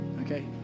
Okay